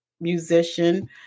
musician